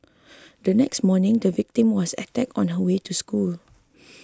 the next morning the victim was attacked on her way to school